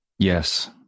Yes